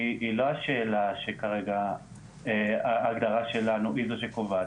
היא לא השאלה שכרגע ההגדרה שלנו היא זו שקובעת.